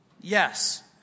Yes